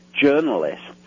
journalists